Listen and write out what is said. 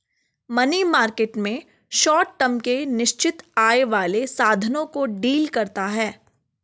money market में short term के निश्चित आय वाले साधनों को डील करता है